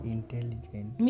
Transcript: Intelligent